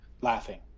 laughing